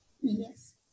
Yes